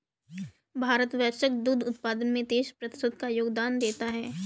भारत वैश्विक दुग्ध उत्पादन में तेईस प्रतिशत का योगदान देता है